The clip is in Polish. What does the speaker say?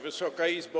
Wysoka Izbo!